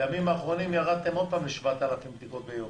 בימים האחרונים ירדתם עוד פעם ל-7,000 בדיקות ביום.